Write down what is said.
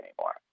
anymore